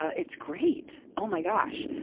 it's great! oh, my gosh!